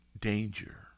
danger